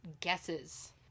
guesses